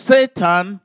Satan